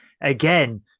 again